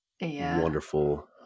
wonderful